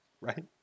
Right